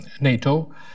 NATO